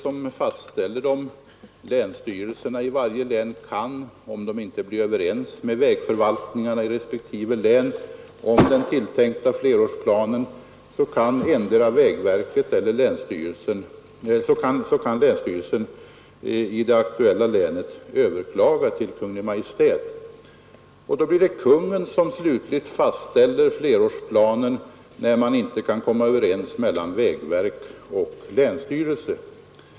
Om länsstyrelsen i ett län inte är överens med vägförvaltningen om den tilltänkta flerårsplanen, så kan länsstyrelsen emellertid överklaga till Kungl. Maj:t, och i sådana fall blir det regeringen som slutligt fastställer planen.